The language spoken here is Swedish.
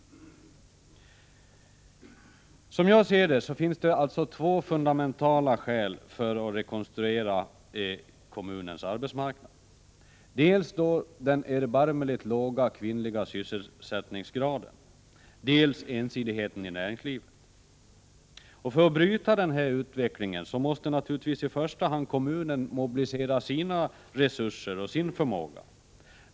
Som jag betraktar saken finns alltså två fundamentala skäl för att rekonstruera kommunens arbetsmarknad: dels den erbarmligt låga kvinnliga sysselsättningsgraden, dels ensidigheten i näringslivet. För att bryta denna utveckling måste naturligtvis i första hand kommunen mobilisera sina resurser och sin förmåga.